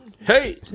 Hey